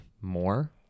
more